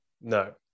No